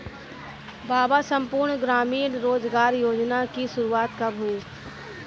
बाबा संपूर्ण ग्रामीण रोजगार योजना की शुरुआत कब हुई थी?